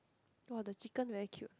!wah! the chicken very cute